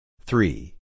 Three